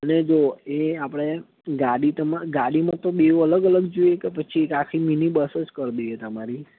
એટલે જો એ આપણે ગાડી તમ ગાડીમાં તો બેઉ અલગ અલગ જોઈએ કે પછી એક આખી મીની બસ જ કરી દઈએ તમારી